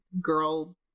girl